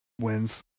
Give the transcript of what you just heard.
wins